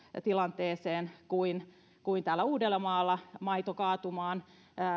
tilanteeseen kuin kuin täällä uudellamaalla maito kaatumaan